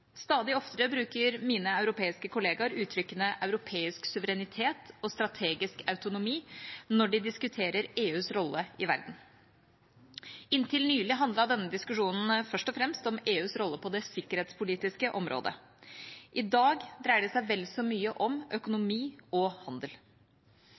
Stadig oftere bruker mine europeiske kollegaer uttrykkene «europeisk suverenitet» og «strategisk autonomi» når de diskuterer EUs rolle i verden. Inntil nylig handlet denne diskusjonen først og fremst om EUs rolle på det sikkerhetspolitiske området. I dag dreier den seg vel så mye om